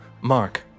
Mark